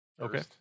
Okay